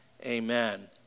Amen